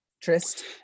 trist